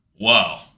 Wow